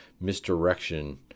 misdirection